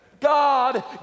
God